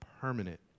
permanent